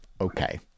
Okay